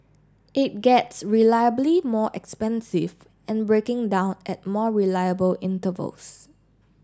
it gets reliably more expensive and breaking down at more reliable intervals